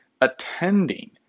attending